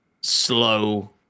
slow